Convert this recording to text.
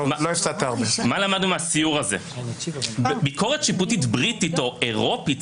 מה למדנו מהסיור הזה ביקורת שיפוטית בריטית או אירופית